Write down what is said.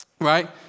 right